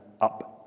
up